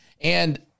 And-